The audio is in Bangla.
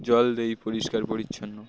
জল দেই পরিষ্কার পরিচ্ছন্ন